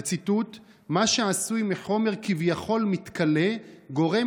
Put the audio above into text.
זה ציטוט: מה שעשוי מחומר כביכול מתכלה גורם